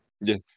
Yes